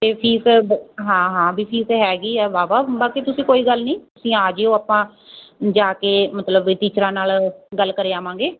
ਅਤੇ ਫੀਸ ਬ ਹਾਂ ਹਾਂ ਵੀ ਫੀਸ ਹੈਗੀ ਆ ਵਾਹ ਵਾਹ ਬਾਕੀ ਤੁਸੀਂ ਕੋਈ ਗੱਲ ਨਹੀਂ ਤੁਸੀਂ ਆ ਜਿਓ ਆਪਾਂ ਜਾ ਕੇ ਮਤਲਬ ਟੀਚਰਾਂ ਨਾਲ ਗੱਲ ਕਰ ਆਵਾਂਗੇ